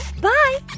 Bye